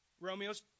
Romeo's